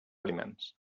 aliments